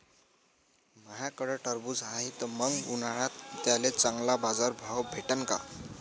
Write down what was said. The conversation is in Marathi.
माह्याकडं टरबूज हाये त मंग उन्हाळ्यात त्याले चांगला बाजार भाव भेटन का?